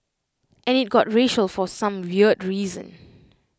and IT got racial for some weird reason